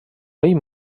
vell